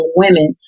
women